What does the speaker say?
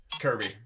Kirby